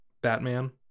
Batman